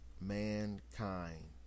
mankind